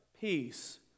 peace